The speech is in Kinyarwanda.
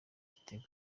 igitego